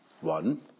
One